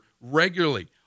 regularly